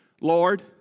Lord